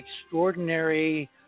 extraordinary